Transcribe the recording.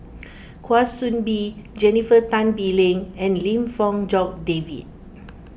Kwa Soon Bee Jennifer Tan Bee Leng and Lim Fong Jock David